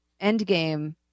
endgame